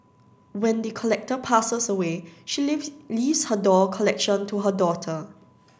when the collector passes away she leaves her doll collection to her daughter